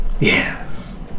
Yes